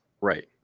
Right